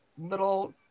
little